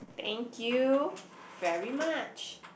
thank you very much